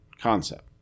concept